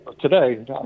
today